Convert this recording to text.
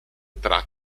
tra